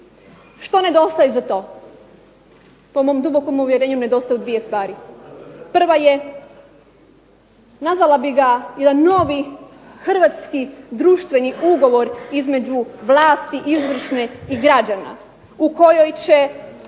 Što nedostaje za to? Po mom dubokom uvjerenju nedostaju dvije stvari. Prva je nazvala bih ga jedan novi hrvatski društveni ugovor između vlasti izvršne i građana u kojoj će